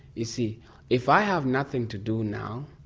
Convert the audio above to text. you see if i have nothing to do now,